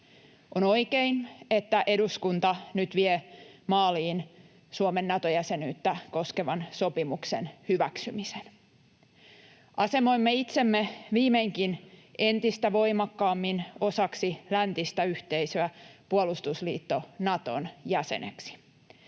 On oikein, että eduskunta nyt vie maaliin Suomen Nato-jäsenyyttä koskevan sopimuksen hyväksymisen. Asemoimme itsemme viimeinkin entistä voimakkaammin osaksi läntistä yhteisöä, puolustusliitto Naton jäseneksi.